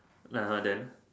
(uh huh) then